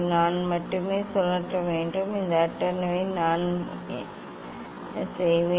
நான் மட்டுமே சுழற்ற வேண்டும் இந்த அட்டவணை நான் என்ன செய்வேன்